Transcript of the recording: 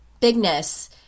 bigness